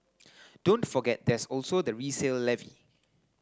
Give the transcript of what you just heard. don't forget there's also the resale levy